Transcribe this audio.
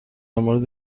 مورد